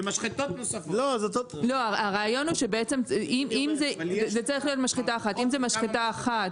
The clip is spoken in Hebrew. שבעצם זה צריך להיות משחטה אחת.